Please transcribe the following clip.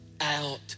out